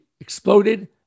exploded